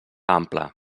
ample